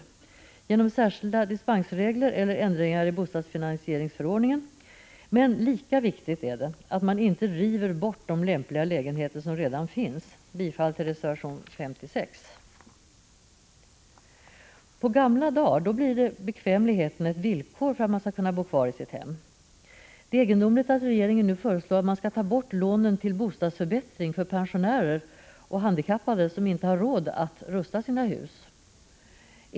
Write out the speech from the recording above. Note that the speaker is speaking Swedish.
Detta möjliggörs genom särskilda dispensregler eller ändringar i bostadsfinansieringsförordningen. Men lika viktigt är det att man inte river de lämpliga lägenheter som redan finns. Jag yrkar bifall till reservation 56. På gamla dar blir bekvämligheten ett villkor för att man skall kunna bo kvar i sitt hem. Det är därför egendomligt att regeringen nu föreslår att bostadsförbättringslånen till pensionärer och handikappade som inte har råd att rusta sina hus tas bort.